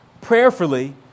Prayerfully